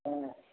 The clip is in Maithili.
हँ